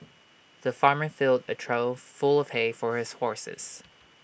the farmer filled A trough full of hay for his horses